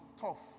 tough